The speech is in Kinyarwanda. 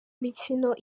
mikino